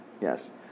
Yes